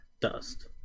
dust